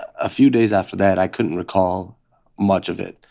a few days after that, i couldn't recall much of it.